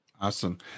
Awesome